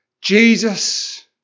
Jesus